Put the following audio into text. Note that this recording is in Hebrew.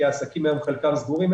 כי חלק מהעסקים סגורים היום.